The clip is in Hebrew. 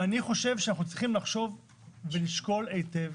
ואני חושב שאנחנו צריכים לחשוב ולשקול היטב